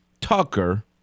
Tucker